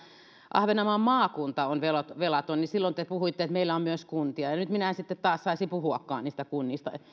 ahvenanmaan maakunta on velaton niin silloin te puhuitte että meillä on myös kuntia ja nyt minä en taas saisi puhuakaan niistä kunnista